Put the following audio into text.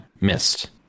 missed